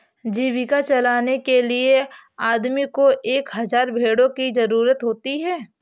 जीविका चलाने के लिए आदमी को एक हज़ार भेड़ों की जरूरत होती है